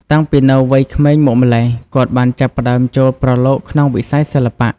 តាំងពីនៅវ័យក្មេងមកម្ល៉េះ គាត់បានចាប់ផ្ដើមចូលប្រឡូកក្នុងវិស័យសិល្បៈ។